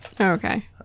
Okay